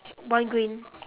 one green